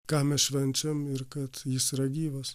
ką mes švenčiam ir kad jis yra gyvas